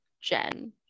Jen